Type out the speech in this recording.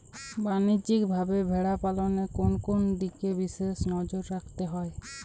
বাণিজ্যিকভাবে ভেড়া পালনে কোন কোন দিকে বিশেষ নজর রাখতে হয়?